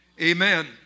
Amen